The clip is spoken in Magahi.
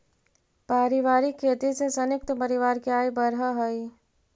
पारिवारिक खेती से संयुक्त परिवार के आय बढ़ऽ हई